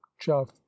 Chuff